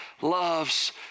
loves